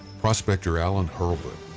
prospector alan hurlbut,